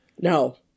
No